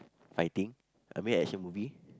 fighting I mean action movie